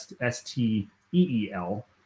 S-T-E-E-L